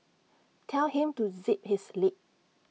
tell him to zip his lip